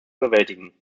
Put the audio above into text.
bewältigen